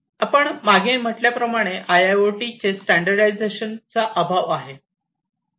आपण मागे म्हटल्याप्रमाणे आयआयओटी मध्ये स्टँडर्डायझेशनचा अभाव आहे